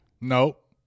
Nope